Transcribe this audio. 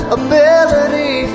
ability